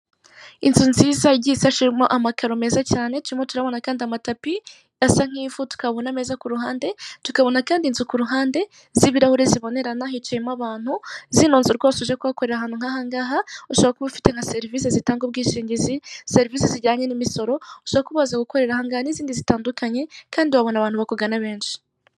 Inzu nziza igiye isashemo amakaro meza cyane turimo turabona kandi amatapi, asa nk'ivu tukabona ameza ku ruhande, tukabona kandi inzu ku ruhande z'ibirahure zibonerana hicayemo abantu, zino nzu rwose uje kuhakorera ahantu nk'aha ngaha, ushobora kuba ufite nka serivisi zitanga ubwishingizi, serivisi zijyanye n'imisoro, ushobora kuba waza gukorera aha ngaha n'izindi zitandukanye, kandi wabona abantu bakugana benshi.